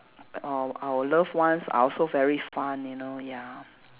orh our loved ones are also very fun you know ya